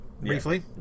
briefly